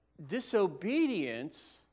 disobedience